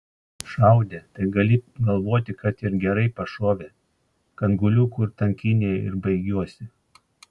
šaudė tai gali galvoti kad ir gerai pašovė kad guliu kur tankynėje ir baigiuosi